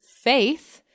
faith